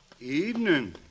Evening